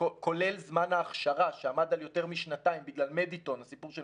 כולל זמן ההכשרה שעמד על יותר משנתיים בגלל הסיפור של